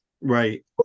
right